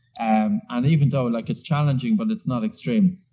and and even though like it's challenging but it's not extreme.